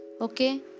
okay